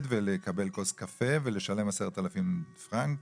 ולקבל כוס קפה ולשלם 10 אלפים פרנק,